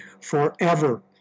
forever